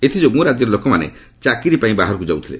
ଏଥିଯୋଗୁଁ ରାଜ୍ୟର ଲୋକମାନେ ଚାକିରି ପାଇଁ ବାହାରକୁ ଯାଉଥିଲେ